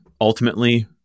ultimately